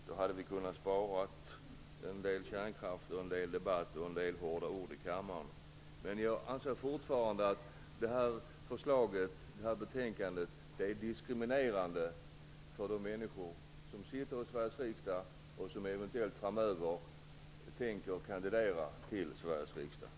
Då hade vi kunnat spara en del kärnkraft, en del debatt och en del hårda ord här i kammaren. Jag anser fortfarande att förslaget i betänkandet är diskriminerande för de människor som sitter i Sveriges riksdag och för dem som eventuellt tänker kandidera till riksdagen framöver.